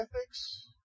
ethics